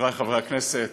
חבריי חברי הכנסת,